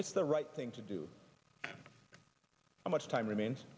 it's the right thing to do how much time remains